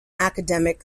academic